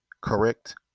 correct